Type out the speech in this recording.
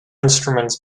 instruments